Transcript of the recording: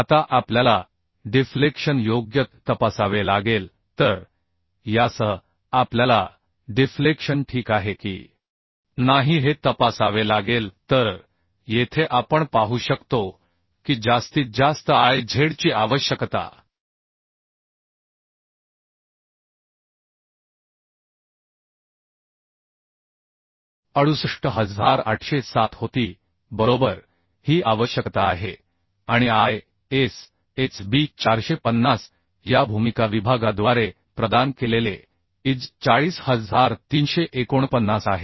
आता आपल्याला डिफ्लेक्शन योग्य तपासावे लागेल तर यासह आपल्याला डिफ्लेक्शन ठीक आहे की नाही हे तपासावे लागेल तर येथे आपण पाहू शकतो की जास्तीत जास्त Iz ची आवश्यकता 68807 होती बरोबर ही आवश्यकता आहे आणि ISHB 450 या भूमिका विभागाद्वारे प्रदान केलेले Iz 40349 आहे